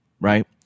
right